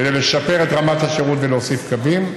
כדי לשפר את רמת השירות ולהוסיף קווים.